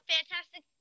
Fantastic